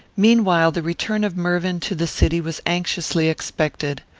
meanwhile the return of mervyn to the city was anxiously expected.